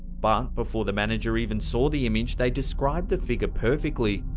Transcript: but before the manager even saw the image, they described the figure perfectly,